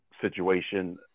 situation